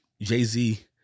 Jay-Z